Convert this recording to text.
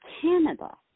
Canada